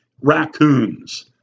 raccoons